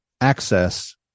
access